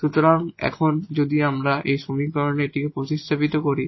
সুতরাং এখন যদি আমরা এই সমীকরণে এটিকে প্রতিস্থাপিত করি